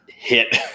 Hit